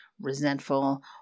resentful